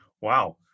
Wow